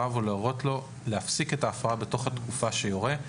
ולהורות לו להפסיק את ההפרה בתוך תקופה שיורה,